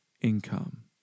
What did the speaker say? income